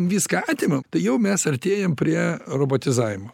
viską atimam tai jau mes artėjam prie robotizavimo